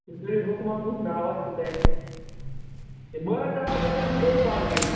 تُہۍ کٔرِو حُکما کُس ناو چھُوتۄہہِ اتہِ یہِ مٲرۍ دَوا گژھِ آسُن اےٚ کالٹی ہُنٛد